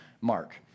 Mark